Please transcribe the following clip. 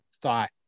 thought